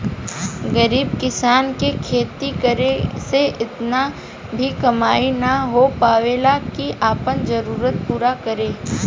गरीब किसान के खेती करे से इतना भी कमाई ना हो पावेला की आपन जरूरत पूरा करो